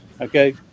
Okay